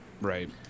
Right